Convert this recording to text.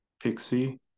Pixie